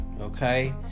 okay